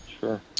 Sure